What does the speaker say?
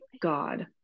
God